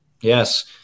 Yes